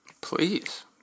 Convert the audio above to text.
Please